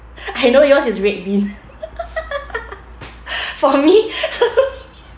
I know yours is red bean for me